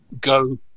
go